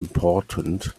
important